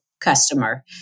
customer